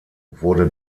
wurde